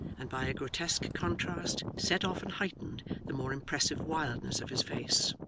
and by a grotesque contrast set off and heightened the more impressive wildness of his face.